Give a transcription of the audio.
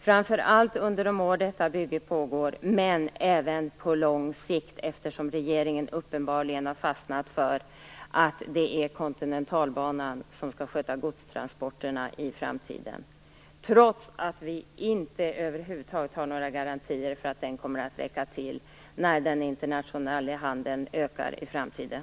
framför allt under de år detta bygge pågår men även på lång sikt, eftersom regeringen uppenbarligen har fastnat för att Kontinentalbanan skall sköta godstransporterna i framtiden, trots att vi inte över huvud taget har några garantier för att den kommer att räcka till när den internationella handeln ökar i framtiden.